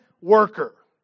worker